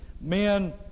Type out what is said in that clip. Men